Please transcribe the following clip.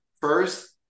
first